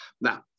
Now